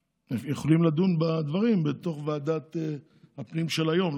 יכולים לדון בה בדברים בתוך ועדת הפנים של היום.